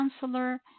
counselor